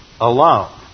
alone